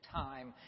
time